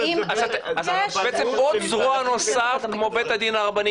אז את בעצם עוד זרוע נוסף כמו בית הדין הרבני,